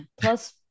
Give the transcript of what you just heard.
Plus